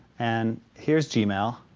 and here's gmail.